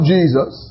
Jesus